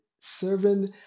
serving